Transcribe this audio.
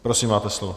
Prosím, máte slovo.